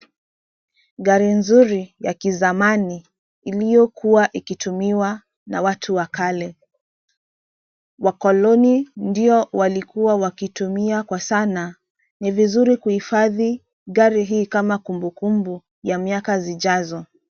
Gari nzuri ya kizamani iliyokuwa ikitumiwa na watu wa kale. Wakoloni ndio walikuwa wakitumia kwa sana. Ni vizuri kuhifadhi gari hii kama kumbukumbu ya miaka zijazo.